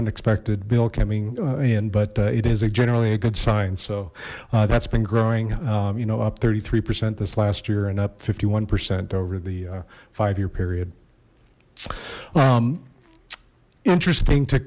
unexpected bill coming in but it is a generally a good sign so that's been growing you know up thirty three percent this last year and up fifty one percent over the five year period interesting to